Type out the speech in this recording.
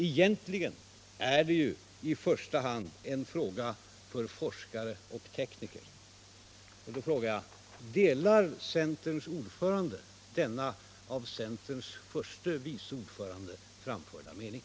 Egentligen är det ju i första hand en fråga för forskare och tekniker.” Då frågar jag: Delar centerns ordförande denna av centerns förste vice ordförande framförda mening?